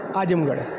Azamgarh